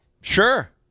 Sure